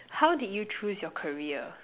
how did you choose your career